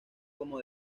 como